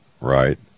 Right